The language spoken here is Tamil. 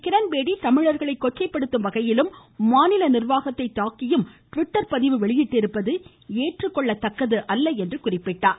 கிரண்பேடி தமிழர்களை கொச்சைப்படுத்தும் வகையிலும் மாநில நிர்வாகத்தை தாக்கியும் டிவிட்டர் பதிவு வெளியிட்டிருப்பது ஏற்றுக்கொள்ளத்தக்கது அல்ல என்றார்